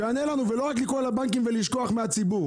שיענה לנו ולא רק לקרוא לבנקים ולשכוח מהציבור.